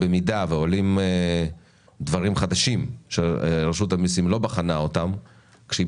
במידה שעולים דברים שרשות המיסים לא בחנה אותם כשהיא